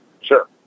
Sure